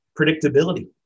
predictability